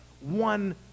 one